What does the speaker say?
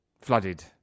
Flooded